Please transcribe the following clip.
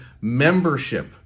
membership